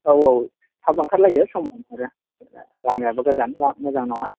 औ औ थाब ओंखारलायदो समावनो लामायाबो गोजान मोजां नङा